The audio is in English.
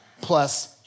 plus